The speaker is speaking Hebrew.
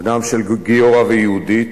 בנם של גיורא ויהודית,